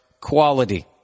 quality